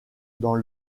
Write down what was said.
dans